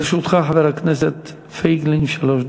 לרשותך, חבר הכנסת פייגלין, שלוש דקות.